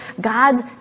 God's